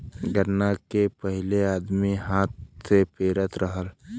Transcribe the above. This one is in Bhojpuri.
गन्ना के पहिले आदमी हाथ से पेरत रहल